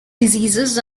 diseases